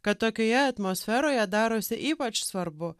kad tokioje atmosferoje darosi ypač svarbu